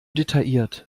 detailliert